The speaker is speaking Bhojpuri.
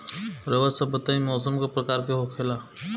रउआ सभ बताई मौसम क प्रकार के होखेला?